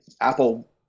Apple